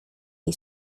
jej